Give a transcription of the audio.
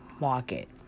market